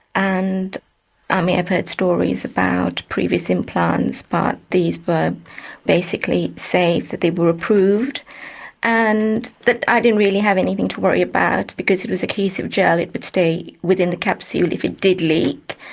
and i mean i've heard stories about previous implants, but these were but basically safe, that they were approved and that i didn't really have anything to worry about, because it was adhesive gel, it would stay within the capsule if it did leak.